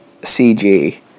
CG